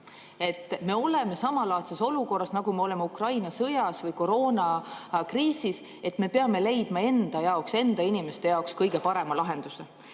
Me oleme samalaadses olukorras, nagu me oleme Ukraina sõjas või koroonakriisis, et me peame leidma enda jaoks, enda inimeste jaoks kõige parema lahenduse.